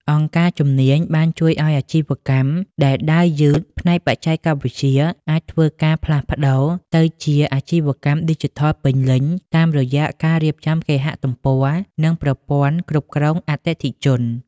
អង្គការជំនាញបានជួយឱ្យអាជីវកម្មដែលដើរយឺតផ្នែកបច្ចេកវិទ្យា អាចធ្វើការផ្លាស់ប្តូរទៅជាអាជីវកម្មឌីជីថលពេញលេញ តាមរយៈការរៀបចំគេហទំព័រ និងប្រព័ន្ធគ្រប់គ្រងអតិថិជន ។